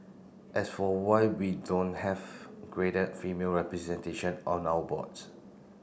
as for why we don't have greater female representation on our boards